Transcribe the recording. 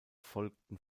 folgten